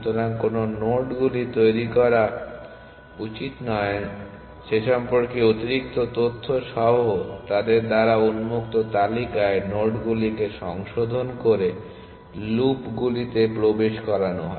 সুতরাং কোন নোডগুলি তৈরি করা উচিত নয় সে সম্পর্কে অতিরিক্ত তথ্য সহ তাদের দ্বারা উন্মুক্ত তালিকায় নোডগুলিকে সংশোধন করে লুপগুলিতে প্রবেশ করানো হয়